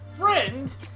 friend